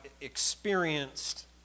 experienced